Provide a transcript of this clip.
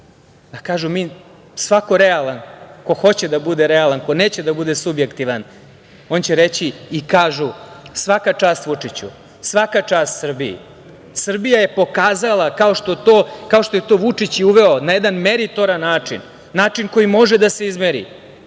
da kažu, svako realan, ko hoće da bude realan, ko neće da bude subjektivan, on će reći, i kažu – svaka čast Vučiću, svaka čast Srbiji. Srbija je pokazala, kao što je to Vučić uveo, na jedan meritoran način, način koji može da se izmeri,